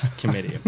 Committee